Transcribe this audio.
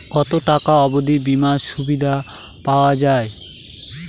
কত টাকা অবধি বিমার সুবিধা পাওয়া য়ায়?